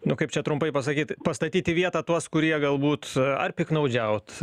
nu kaip čia trumpai pasakyti pastatyti vietą tuos kurie galbūt ar piktnaudžiaut